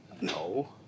No